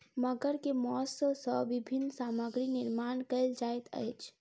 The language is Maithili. मगर के मौस सॅ विभिन्न सामग्री निर्माण कयल जाइत अछि